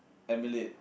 emulate